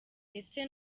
ese